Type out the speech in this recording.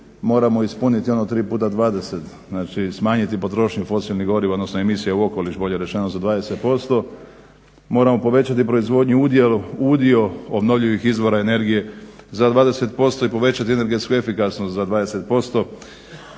moramo ispuniti ono 3x20, znači smanjiti potrošnju fosilnih goriva odnosno emisija u okoliš bolje rečeno za 20%. Moramo povećati proizvodnju u udio obnovljivih izvora energije za 20% i povećati energetsku efikasnost za 20%